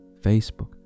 Facebook